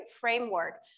framework